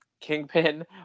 Kingpin